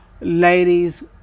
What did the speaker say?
Ladies